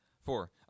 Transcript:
Four